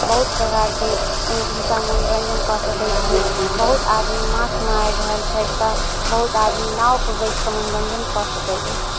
बहुत प्रकारके ओइमे सब मनोरञ्जन कऽ सकै छी बहुत आदमी माछ मारि रहल छथि तऽ बहुत आदमी नावपर बैसकऽ मनोरञ्जन कऽ सकै अछि